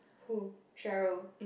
who Sheryl